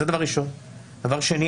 דבר נוסף,